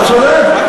אתה צודק.